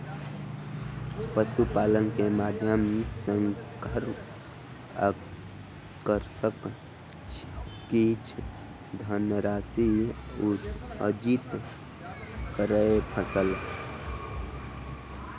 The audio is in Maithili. पशुपालन के माध्यम सॅ कृषक किछ धनराशि अर्जित कय सकल